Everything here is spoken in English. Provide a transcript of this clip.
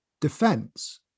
defense